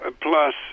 plus